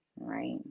right